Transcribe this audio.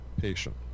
patient